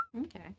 Okay